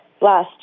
last